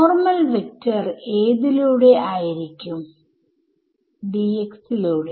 normal vector ഏതിലൂടെ ആയിരിക്കും Dx ലൂടെ